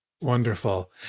Wonderful